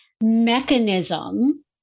mechanism